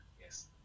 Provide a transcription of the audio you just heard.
Yes